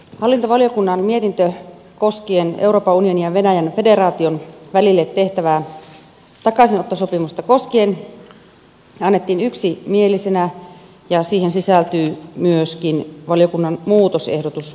hallintovaliokunnan mietintö koskien euroopan unionin ja venäjän federaation välille tehtävää takaisinottosopimusta annettiin yksimielisenä ja siihen sisältyy myöskin valiokunnan muutosehdotus yksimielisenä